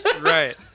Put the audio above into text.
Right